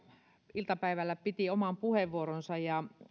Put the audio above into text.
iltapäivällä piti oman puheenvuoronsa ja